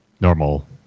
normal